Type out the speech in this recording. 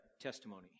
testimony